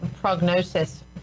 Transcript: prognosis